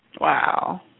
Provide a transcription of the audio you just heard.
Wow